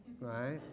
Right